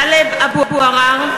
עראר,